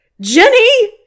Jenny